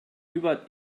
über